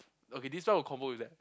okay this one will combo with that